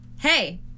hey